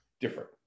different